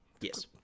yes